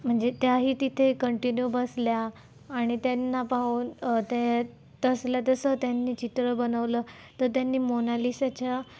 म्हणजे त्याही तिथे कंटिन्यू बसल्या आणि त्यांना पाहून त्या तसलं तसं त्यांनी चित्र बनवलं तर त्यांनी मोनालिसाच्या